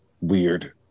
weird